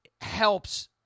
helps